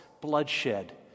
bloodshed